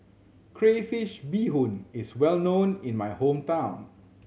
crayfish beehoon is well known in my hometown